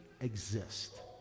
exist